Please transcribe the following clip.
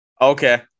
Okay